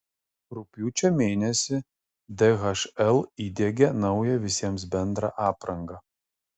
rugpjūčio mėnesį dhl įdiegia naują visiems bendrą aprangą